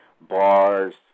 bars